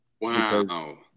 Wow